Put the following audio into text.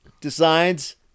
decides